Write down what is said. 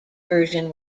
version